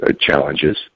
challenges